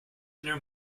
inner